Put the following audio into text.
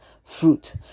Fruit